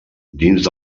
dins